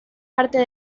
parte